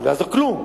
לא יעזור כלום.